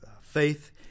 faith